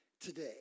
today